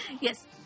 Yes